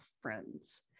friends